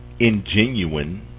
ingenuine